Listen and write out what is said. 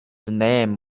name